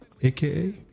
aka